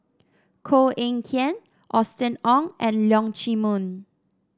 Koh Eng Kian Austen Ong and Leong Chee Mun